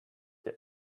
the